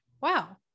Wow